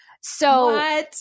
So-